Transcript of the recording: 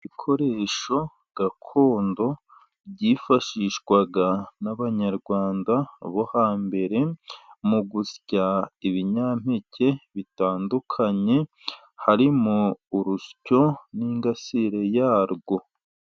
Ibikoresho gakondo byifashishwaga n'abanyarwanda bo hambere mu gusya ibinyampeke bitandukanye, harimo: urusyo, n'ingasire yarwo.